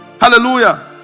hallelujah